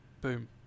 Boom